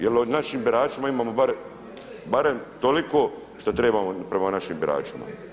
Jer o našim biračima imamo barem toliko šta trebamo prema našim biračima.